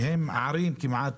שהם ערים כמעט,